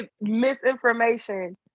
misinformation